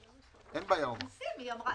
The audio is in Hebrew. אין בעיה, הוא אמר.